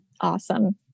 Awesome